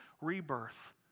rebirth